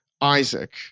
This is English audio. Isaac